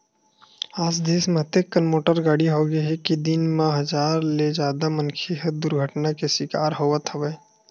आज देस म अतेकन मोटर गाड़ी होगे हे के दिन म हजार ले जादा मनखे ह दुरघटना के सिकार होवत हवय